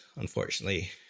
unfortunately